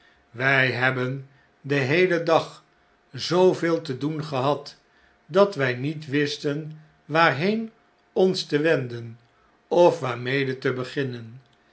wjj hebben den heelen dag zooveelte doen gehad dat wj niet wisten waarheen ons te wenden of waarmede te beginnen